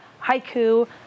Haiku